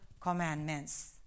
commandments